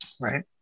right